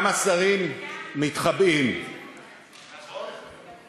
אתם מפריעים בינתיים לחבר שלכם, לא רואים,